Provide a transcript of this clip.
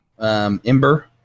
Ember